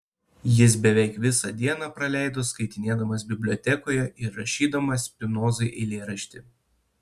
jis beveik visą dieną praleido skaitinėdamas bibliotekoje ir rašydamas spinozai eilėraštį